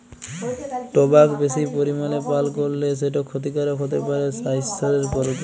টবাক বেশি পরিমালে পাল করলে সেট খ্যতিকারক হ্যতে পারে স্বাইসথের পরতি